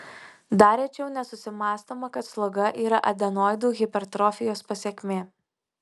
dar rečiau nesusimąstoma kad sloga yra adenoidų hipertrofijos pasekmė